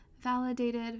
validated